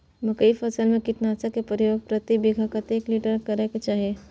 मकई फसल में कीटनासक के प्रयोग प्रति बीघा कतेक लीटर करय के चाही?